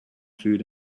food